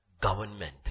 government